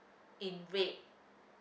in red